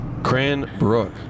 Cranbrook